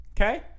Okay